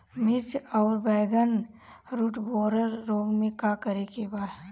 मिर्च आउर बैगन रुटबोरर रोग में का करे के बा?